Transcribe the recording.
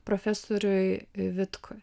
profesoriui vitkui